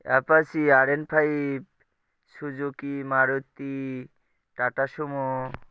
apache R N five Suzuki Maruti Tata sumo